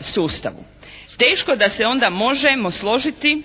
sustavu. Teško da se onda možemo složiti